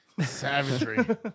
Savagery